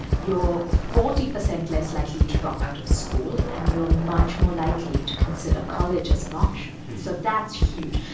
you're forty percent less likely to drop out of school, and you're much more likely to consider college as an option. so that's huge.